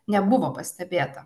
nebuvo pastebėta